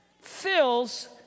fills